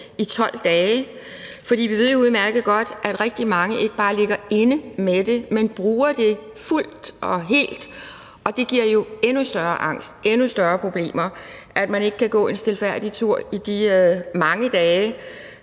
i 12 dage, for vi ved jo udmærket godt, at rigtig mange ikke bare ligger inde med det, men bruger det fuldt og helt. Og det giver jo endnu større angst, endnu større problemer, at man ikke kan gå en stilfærdig tur i de mange dage,